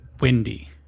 windy